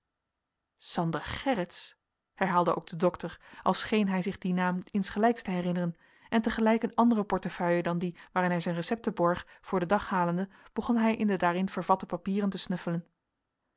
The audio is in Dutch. sander gerritsz herhaalde ook de dokter als scheen hij zich dien naam insgelijks te herinneren en te gelijk een andere portefeuille dan die waarin hij zijn recepten borg voor den dag halende begon hij in de daarin vervatte papieren te snuffelen